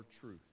truth